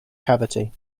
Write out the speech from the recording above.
cavity